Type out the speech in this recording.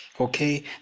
okay